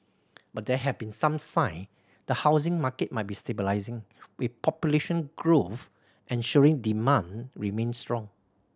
but there have been some sign the housing market might be stabilising with population growth ensuring demand remains strong